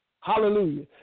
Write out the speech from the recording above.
Hallelujah